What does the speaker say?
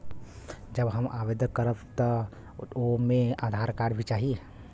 जब हम आवेदन करब त ओमे आधार कार्ड भी चाही?